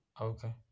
Okay